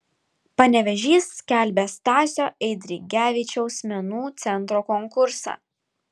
panevėžys skelbia stasio eidrigevičiaus menų centro konkursą